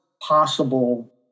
possible